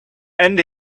and